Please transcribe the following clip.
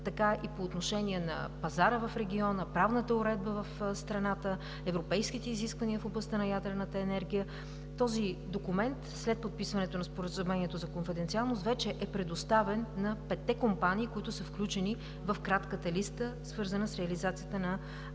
така и по отношение на пазара в региона с правната уредба в страната, с европейските изисквания в областта на ядрената енергия. Този документ, след подписването на споразумението на конфиденциалност, вече е предоставен на петте компании, които са включени в кратката листа, свързана с реализацията на